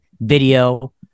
video